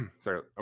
sorry